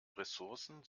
ressourcen